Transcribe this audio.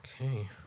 Okay